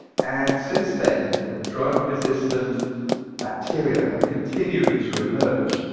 and since then, ah drug-resistant bacteria have continued to emerge,